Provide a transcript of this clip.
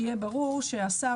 שיהיה ברור שהשר,